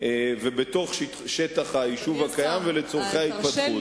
בתוך שטח היישוב הקיים ולצורכי התפתחות.